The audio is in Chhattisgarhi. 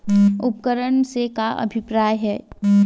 उपकरण से का अभिप्राय हे?